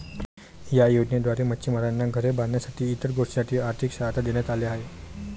या योजनेद्वारे मच्छिमारांना घरे बांधण्यासाठी इतर गोष्टींसाठी आर्थिक सहाय्य देण्यात आले